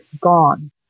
gone